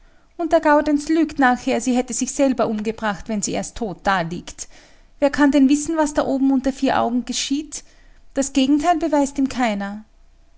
und der gaudenz lügt nachher sie hat sich selber umgebracht wenn sie erst tot daliegt wer kann dann wissen was da oben unter vier augen geschieht das gegenteil beweist ihm keiner